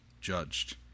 judged